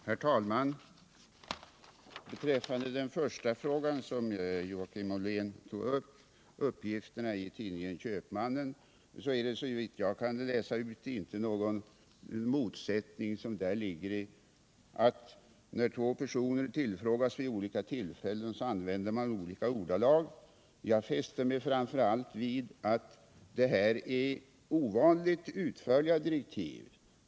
Herr talman! Beträffande det första som Joakim Ollén tog upp, uppgifterna i tidningen Köpmannen, ligger det såvitt jag kan läsa ut inte någon motsättning däri att två personer som tillfrågas vid olika tillfällen använder olika ordalag. Jag fäster mig framför allt vid att det här är ovanligt utförliga direktiv.